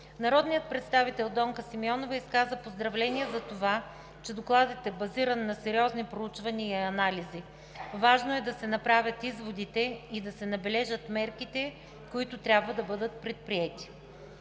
Народният представител Донка Симеонова изказа поздравления за това, че Докладът е базиран на сериозни проучвания и анализи. Важно е да се направят изводите и да се набележат мерките, които трябва да бъдат предприети.